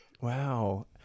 Wow